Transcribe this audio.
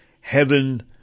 heaven